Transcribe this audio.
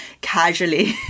casually